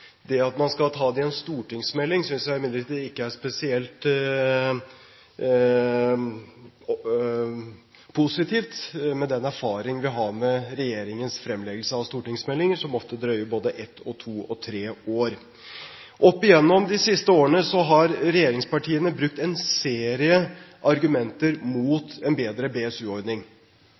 Det at man skal ta det i en stortingsmelding, synes jeg imidlertid ikke er spesielt positivt, med den erfaring vi har med regjeringens fremleggelse av stortingsmeldinger, som ofte drøyer både ett og to og tre år. Opp gjennom årene har regjeringspartiene brukt en serie argumenter mot en bedre